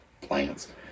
plants